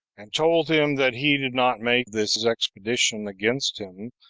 and told him that he did not make this expedition against him,